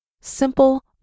simple